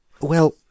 Well—